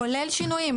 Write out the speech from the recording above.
כולל שינויים?